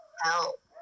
help